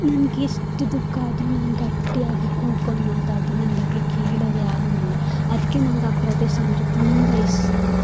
ನನ್ಗೆ ಎಷ್ಟು ದುಃಖ ಆದರೂ ನಾನು ಗಟ್ಟಿಯಾಗಿ ಕೂಕ್ಕೊಂಡು ಮಾತಾಡಿದ್ರು ನನ್ನ ಬಗ್ಗೆ ಕೇಳೋರು ಯಾರೂ ಇಲ್ಲ ಅದಕ್ಕೆ ನಂಗೆ ಆ ಪ್ರದೇಶ ಅಂದರೆ ತುಂಬ ಇಷ್ಟ